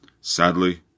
Sadly